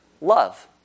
Love